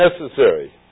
necessary